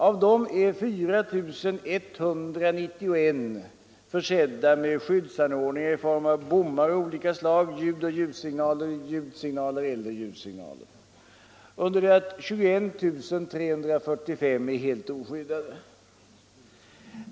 Av dem är 4 191 försedda med skyddsanordningar i form av bommar av olika slag, ljudoch ljussignaler, ljudsignaler eller ljussignaler, under det att 21 345 korsningar är helt oskyddade.